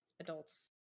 adults